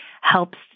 helps